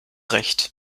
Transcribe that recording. recht